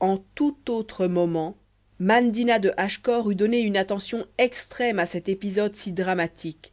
en tout autre moment mandina de hachecor eût donné une attention extrême à cet épisode si dramatique